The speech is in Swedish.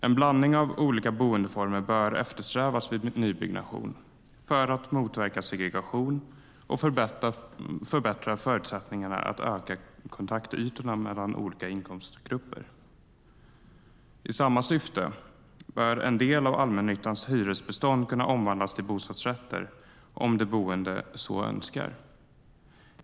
En blandning av olika boendeformer bör eftersträvas vid nybyggnation för att motverka segregation och förbättra förutsättningarna att öka kontaktytorna mellan olika inkomstgrupper. I samma syfte bör en del av allmännyttans hyresbestånd kunna omvandlas till bostadsrätter om de boende så önskar.